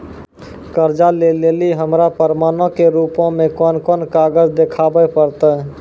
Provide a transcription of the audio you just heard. कर्जा लै लेली हमरा प्रमाणो के रूपो मे कोन कोन कागज देखाबै पड़तै?